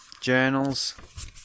journals